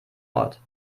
ort